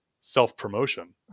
self-promotion